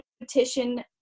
petition